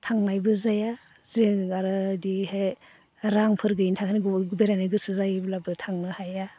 थांनायबो जाया जों आरो बिदिहाय रांफोर गैयिनि थाखायनो बेरायनो गोसो जायोब्लाबो थांनो हाया